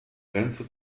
grenze